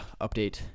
update